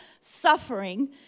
suffering